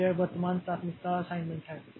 तो यह वर्तमान प्राथमिकता असाइनमेंट है